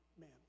man